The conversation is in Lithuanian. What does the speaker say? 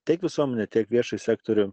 tiek visuomenę tiek viešąjį sektorių